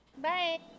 Bye